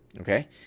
okay